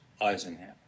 Eisenhower